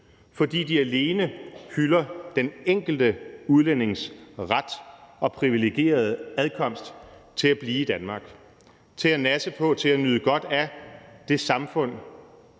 fordi de alene hylder den enkelte udlændings ret og privilegerede adkomst til at blive i Danmark, til at nasse på, til at nyde godt af det samfund,